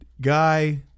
guy